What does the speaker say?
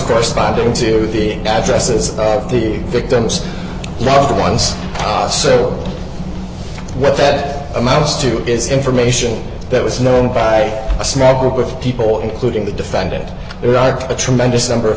corresponding to the addresses of the victims not the ones so what that amounts to is information that was known by a small group of people include the defendant there are a tremendous number of